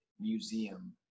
museum